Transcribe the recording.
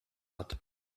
hat